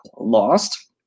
lost